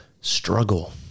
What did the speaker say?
struggle